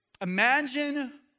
Imagine